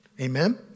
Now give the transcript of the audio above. Amen